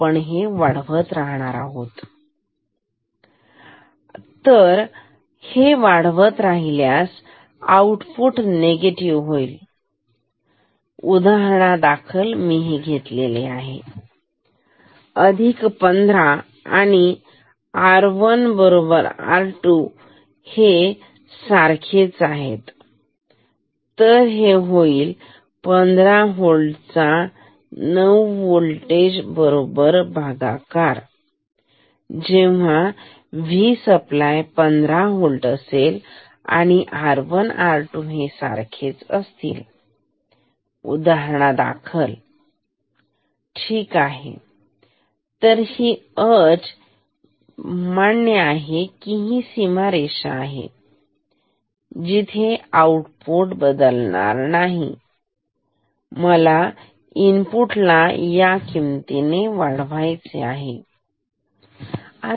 आपण जर हे वाढवत राहिलो तर आउटपुट निगेटिव्ह होईल तर उदाहरणादाखल मी हे घेतले आहे अधिक 15 आणि R1 R2 हे सारखेच आहेत तर हे होईल 15 होल्ट चा 2 ने भागाकार जेव्हा V सप्लाय 15 होल्ट आणि R1 आणि R2 सारखे असतील उदाहरणादाखल ठीक आहे तर ही अट आहे ही सीमारेषा आहे जिथे आउटपुट बदलणार आहे मला इनपुटला या किमतीने वाढवायचे आहे ठीक आहे